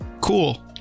cool